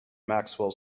maxwell